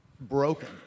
broken